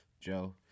Joe